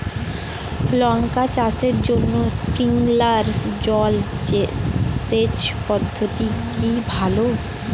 লঙ্কা চাষের জন্য স্প্রিংলার জল সেচ পদ্ধতি কি ভালো?